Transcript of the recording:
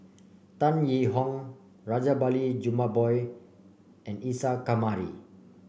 Tan Yee Hong Rajabali Jumabhoy and Isa Kamari